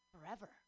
forever